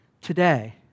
today